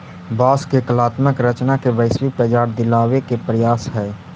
बाँस के कलात्मक रचना के वैश्विक बाजार दिलावे के प्रयास हई